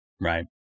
right